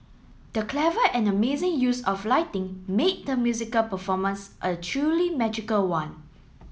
the clever and amazing use of lighting made the musical performance a truly magical one